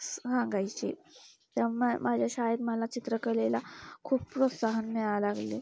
सांगायचे त्यामुळे माझ्या शाळेत मला चित्रकलेला खूप प्रोत्साहन मिळायला लागले